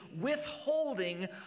withholding